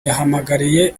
yahamagariye